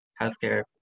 healthcare